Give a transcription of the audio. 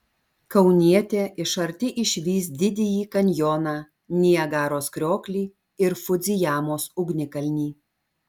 kaunietė iš arti išvys didįjį kanjoną niagaros krioklį ir fudzijamos ugnikalnį